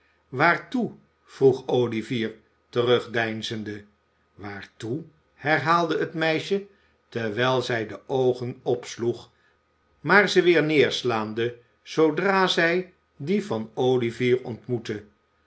waartoe vroeg olivier terugdeinzende waartoe herhaalde het meisje terwijl zij de oogen opsloeg maar ze weer neerslaande zoodra zij die van olivier ontmoeten